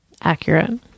Accurate